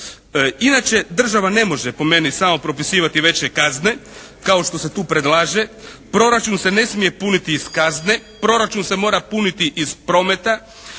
Inače država ne može po meni samo propisivati veće kazne kao što se tu predlaže. Proračun se ne smije puniti iz kazne. Proračun se mora puniti iz prometa.